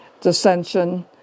dissension